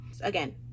again